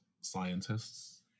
scientists